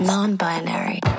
Non-binary